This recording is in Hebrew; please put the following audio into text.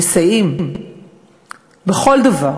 מסייעים בכל דבר